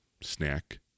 snack